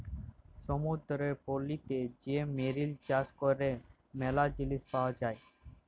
সমুদ্দুরের পলিতে যে মেরিল চাষ ক্যরে ম্যালা জিলিস পাওয়া যায়